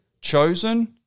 chosen